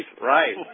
Right